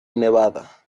nevada